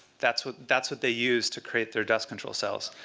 that's what that's what they used to create their dust control cells.